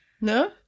no